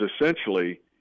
essentially